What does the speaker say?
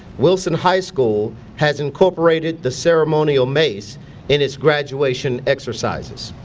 wilson high school has incorporated the ceremonial mace in its graduation exercises.